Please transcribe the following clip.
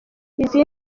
izi